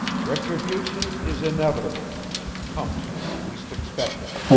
retribution is inevitable and comes when you least expect it.